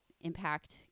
impact